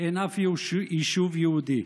אין אף יישוב יהודי,